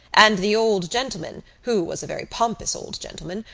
and the old gentleman, who was a very pompous old gentleman,